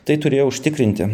tai turėjo užtikrinti